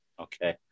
Okay